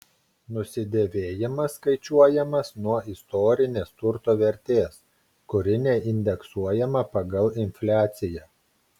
nusidėvėjimas skaičiuojamas nuo istorinės turto vertės kuri neindeksuojama pagal infliaciją